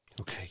okay